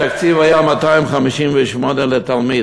התקציב היה 258 לתלמיד.